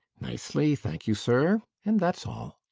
nicely, thank you, sir. and that's all.